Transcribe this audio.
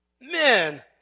Man